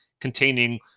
containing